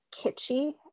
kitschy